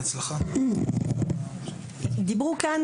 דיברו כאן